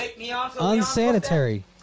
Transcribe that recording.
Unsanitary